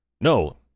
No